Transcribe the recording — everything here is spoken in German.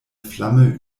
flamme